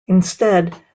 instead